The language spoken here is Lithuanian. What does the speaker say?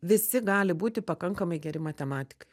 visi gali būti pakankamai geri matematikai